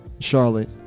Charlotte